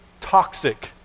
toxic